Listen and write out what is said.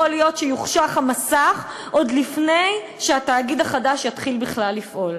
יכול להיות שיוחשך המסך עוד לפני שהתאגיד החדש יתחיל בכלל לפעול.